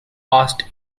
past